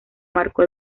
marcó